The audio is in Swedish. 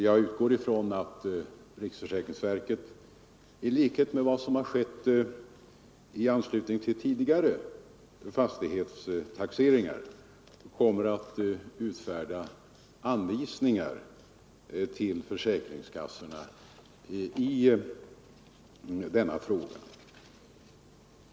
Jag utgår från att riksförsäkringsverket, i likhet med vad som skett i anslutning till tidigare fastighetstaxeringar, kommer att utfärda anvisningar till försäkringskassorna i denna fråga.